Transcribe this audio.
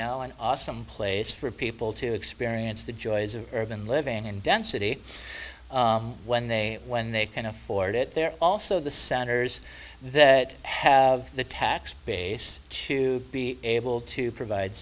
know an awesome place for people to experience the joys of urban living and density when they when they can afford it they're also the centers that have the tax base to be able to provide